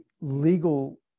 legal